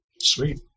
Sweet